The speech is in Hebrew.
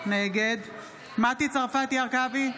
נגד מטי צרפתי הרכבי,